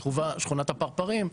שכונת הפרפרים,